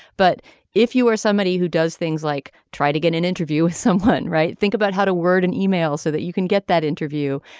but if you are somebody who does things like try to get an interview with someone right. think about how to word an email so that you can get that interview.